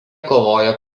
kovojo